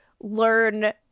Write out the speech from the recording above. learn